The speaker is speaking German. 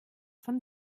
von